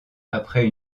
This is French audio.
après